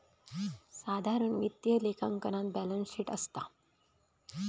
साधारण वित्तीय लेखांकनात बॅलेंस शीट असता